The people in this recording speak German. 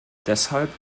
deshalb